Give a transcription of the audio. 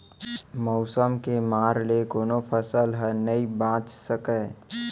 मउसम के मार ले कोनो फसल ह नइ बाच सकय